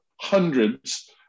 hundreds